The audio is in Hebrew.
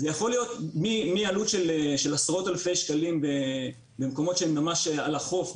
יכול להיות מעלות של עשרות אלפי שקלים במקומות שהם ממש על החוף,